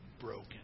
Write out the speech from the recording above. broken